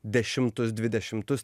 dešimtus dvidešimtus